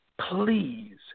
please